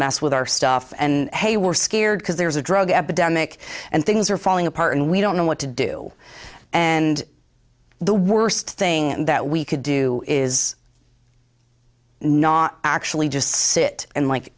mess with our stuff and hey we're scared because there's a drug epidemic and things are falling apart and we don't know what to do and the worst thing that we could do is not actually just sit and like